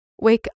Wake